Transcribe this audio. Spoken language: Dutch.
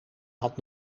had